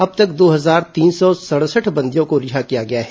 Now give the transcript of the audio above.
अब तक दो हजार तीन सौ सड़सठ बंदियों को रिहा किया गया है